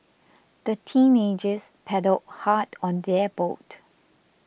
the teenagers paddled hard on their boat